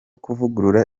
kuvugurura